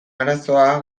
arazoa